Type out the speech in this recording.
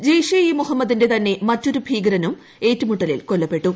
ജെയ്ഷെ ഇ മൊഹമ്മദിന്റെ തന്നെ മറ്റൊരു ഭീകരരനും ഏറ്റുമുട്ടലിൽ കൊല്ലപ്പെട്ടു